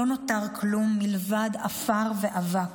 לא נותר כלום מלבד עפר ואבק.